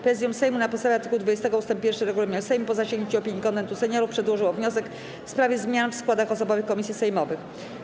Prezydium Sejmu na podstawie art. 20 ust. 1 regulaminu Sejmu, po zasięgnięciu opinii Konwentu Seniorów, przedłożyło wniosek w sprawie zmian w składach osobowych komisji sejmowych.